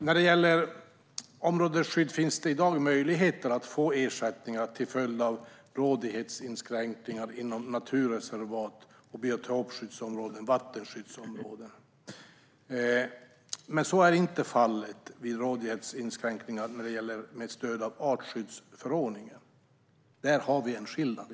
När det gäller områdesskydd finns det i dag möjligheter att få ersättning till följd av rådighetsinskränkningar inom naturreservat och biotopskyddsområden, vattenskyddsområden. Men så är inte fallet vid rådighetsinskränkningar med stöd av artskyddsförordningen. Där finns i dag en skillnad.